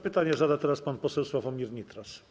Pytanie zada teraz pan poseł Sławomir Nitras.